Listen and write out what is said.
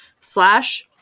slash